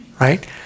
right